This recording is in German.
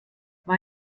war